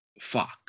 fuck